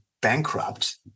bankrupt